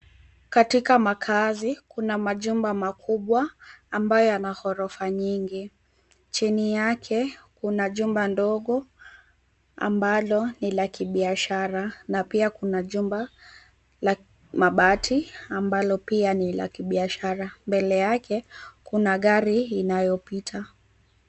Katika makaazi kuna majumba makubwa ambayo yana ghorofa nyingi, chini yake kuna jumba ndogo ambalo ni la kibiashara na pia kuna jumba la mabati ambalo pia ni la kibiashara, mbele yake kuna gari inayopita.